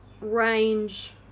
range